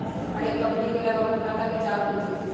हरेक कंपनी के लग अप्पन खता के चार्ट होइ छइ